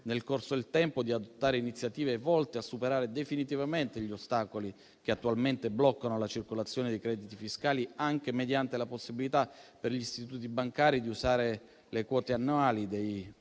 nel corso del tempo, di adottare iniziative volte a superare definitivamente gli ostacoli che attualmente bloccano la circolazione dei crediti fiscali, anche mediante la possibilità per gli istituti bancari di usare le quote annuali dei